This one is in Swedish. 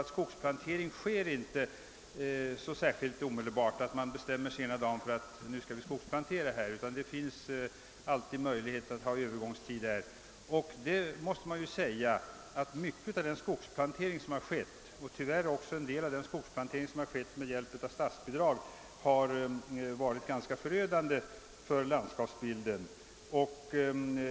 Men nu bestämmer man sig inte från den ena dagen till den andra att plantera skog, och därför kan man i det fallet alltid ha en övergångstid. Tyvärr måste man också säga att mycket av den skogsplantering som kommit till stånd — även en del av den som skett med hjälp av statsbidrag — har varit ganska förödande för landskapsbilden.